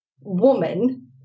woman